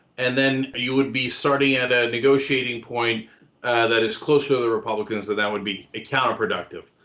and then you would be starting at a negotiating point that is closer to the republicans, that that would be a counterproductive.